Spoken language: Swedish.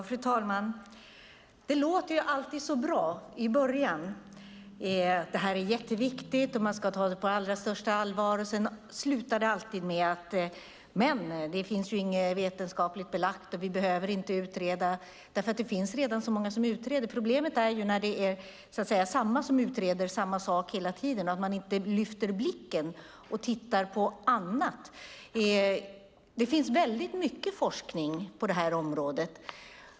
Fru talman! Det låter alltid så bra i början. Detta är jätteviktigt och man ska ta det på allra största allvar, sägs det. Men sedan slutar det alltid med: Men det är inte vetenskapligt belagt, och vi behöver inte utreda det, för det finns redan så många som utreder det. Problemet är när det är samma som utreder samma sak hela tiden och man inte lyfter blicken och tittar på annat. Det finns mycket annan forskning på detta område.